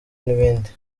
n’ibindi